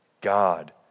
God